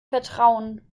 vertrauen